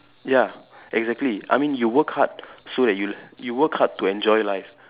ya exactly I mean you work hard so that you you work hard to enjoy life